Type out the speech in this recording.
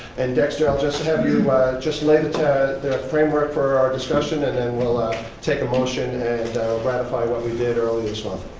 and, dexter, i'll just have you just layout the framework for our discussion and then we'll take a motion and ratify what we did earlier this month.